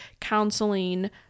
counseling